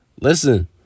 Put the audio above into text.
listen